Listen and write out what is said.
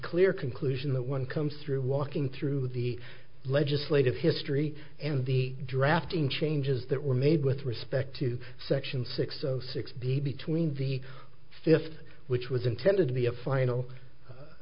clear conclusion that one comes through walking through the legislative history and the drafting changes that were made with respect to section six zero six the between the fifth which was intended to be a final